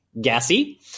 Gassy